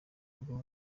rwo